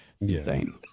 insane